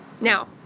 now